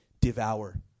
devour